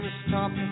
stop